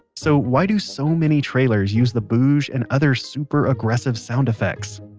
so why do so many trailers use the booj and other super aggressive sound effects?